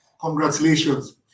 Congratulations